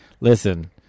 listen